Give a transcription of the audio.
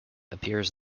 appears